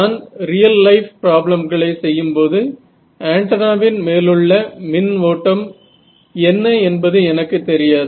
நான் real life பிராப்ளம்களை செய்யும்போது ஆண்டனாவின் மேலுள்ள மின் ஓட்டம் என்ன என்பது எனக்கு தெரியாது